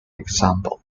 example